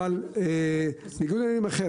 אבל ניגוד עניינים אחר,